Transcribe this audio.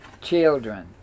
children